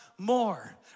more